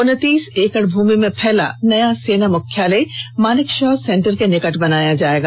उनतीस एकड़ भूमि में फैला नया सेना मुख्यालय मानेक शॉ सेंटर के निकट बनाया जायेगा